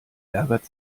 ärgert